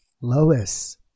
Lois